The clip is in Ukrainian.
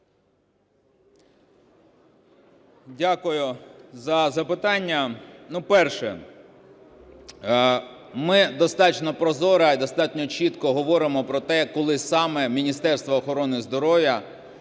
Дякую за запитання. Перше. Ми достатньо прозоро і достатньо чітко говоримо про те, коли саме Міністерство охорони здоров'я